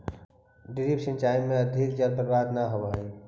drip सिंचाई में अधिक जल बर्बाद न होवऽ हइ